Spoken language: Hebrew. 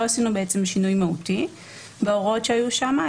לא עשינו שינוי מהותי בהוראות שהיו שם,